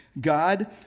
God